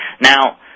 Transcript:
Now